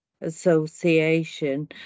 Association